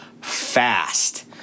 fast